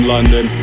London